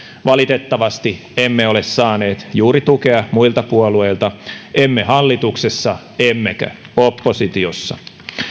valitettavasti emme ole saaneet juuri tukea muilta puolueilta emme hallituksessa emmekä oppositiossa